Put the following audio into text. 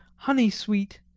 honey-sweet,